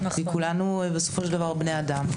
כי כולנו בסופו של דבר בני אדם.